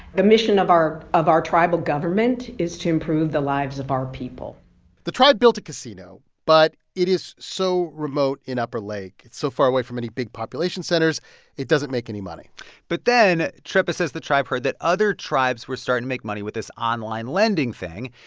the mission of our of our tribal government is to improve the lives of our people the tribe built a casino, but it is so remote in upper lake it's so far away from any big population centers it doesn't make any money but then treppa says the tribe heard that other tribes were starting to make money with this online lending thing.